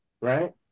right